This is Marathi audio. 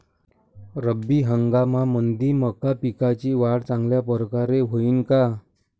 रब्बी हंगामामंदी मका पिकाची वाढ चांगल्या परकारे होईन का?